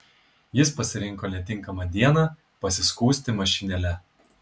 jis pasirinko netinkamą dieną pasiskųsti mašinėle